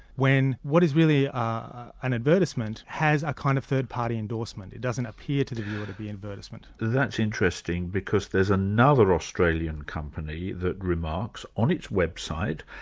when what is really an advertisement has a kind of third party endorsement it doesn't appear to be an advertisement. that's interesting, because there's another australian company that remarks, on its website,